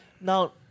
now